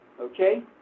Okay